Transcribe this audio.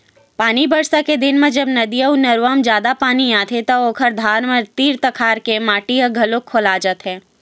पानी बरसा के दिन म जब नदिया अउ नरूवा म जादा पानी आ जाथे त ओखर धार म तीर तखार के माटी ह घलोक खोला जाथे